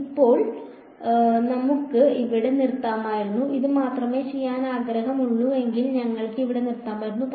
ഇപ്പോൾ നമുക്ക് ഇവിടെ നിർത്താമായിരുന്നു ഇത് മാത്രമേ ചെയ്യാനാഗ്രഹമുള്ളൂവെങ്കിൽ ഞങ്ങൾക്ക് ഇവിടെ നിർത്താമായിരുന്നു